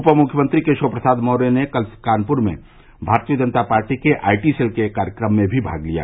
उप मुख्यमंत्री केशव प्रसाद मौर्य ने कल कानपुर में भारतीय जनता पार्टी के आईटी सेल के एक कार्यक्रम में भी भाग लिया